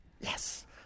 Yes